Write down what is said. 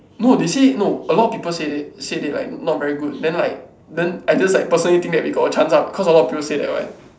no they say no a lot of people said it said it like not very good then like then I just like personally think that we got a chance ah because a lot of people say that what